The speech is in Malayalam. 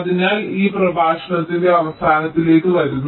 അതിനാൽ ഞങ്ങൾ ഈ പ്രഭാഷണത്തിന്റെ അവസാനത്തിലേക്ക് വരുന്നു